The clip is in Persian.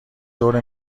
دور